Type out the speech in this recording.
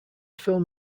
film